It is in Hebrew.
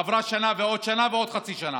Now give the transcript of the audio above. עברה שנה ועוד שנה ועוד חצי שנה,